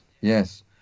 yes